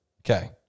okay